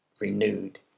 renewed